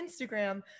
Instagram